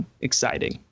Exciting